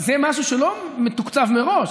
זה משהו שלא מתוקצב מראש.